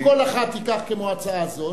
אם כל אחת תיקח כמו ההצעה הזאת,